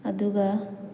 ꯑꯗꯨꯒ